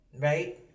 Right